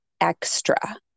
extra